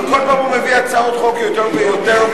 וכל פעם הוא מביא הצעות חוק יותר ויותר,